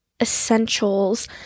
essentials